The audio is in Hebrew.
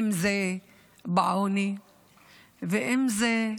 אם זה בעוני ואם זה,